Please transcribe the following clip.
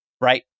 Right